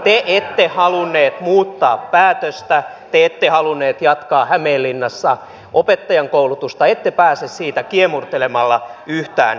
te ette halunnut muuttaa päätöstä te ette halunnut jatkaa hämeenlinnassa opettajankoulutusta ette pääse siitä kiemurtelemalla yhtään mihinkään